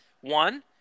One